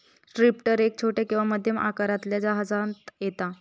drifter एक छोट्या किंवा मध्यम आकारातल्या जहाजांत येता